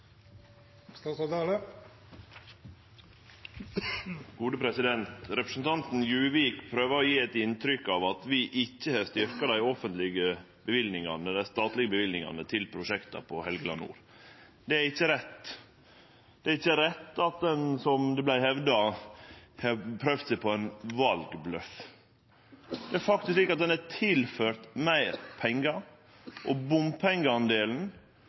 Representanten Juvik prøver å gje inntrykk av at vi ikkje har styrkt dei statlege løyvingane til prosjekta på Helgeland nord. Det er ikkje rett. Det er ikkje rett at ein, som det vart hevda, har prøvd seg på ein valbløff. Det er faktisk slik at ein har tilført meir pengar, og